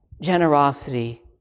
Generosity